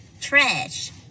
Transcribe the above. Trash